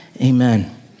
Amen